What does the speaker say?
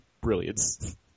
brilliance